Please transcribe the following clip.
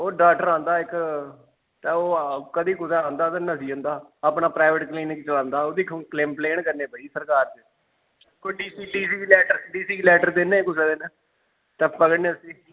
ओह् डॉक्टर आंदा इक ते कदें कुदै आंदा ते नट्ठी जंदा अपना प्राइवेट क्लीनिक चलांदा ओह्दी कम्पलेन करना पेई सरकार च कोई डी सी गी लेटर डी सी गी लेटर दिन्ने आं कुसै दिन ते पकड़ने आं उसी